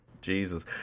Jesus